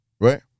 right